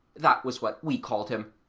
that was what we called him,